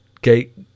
gate